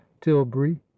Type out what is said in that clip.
tilbury